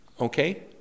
Okay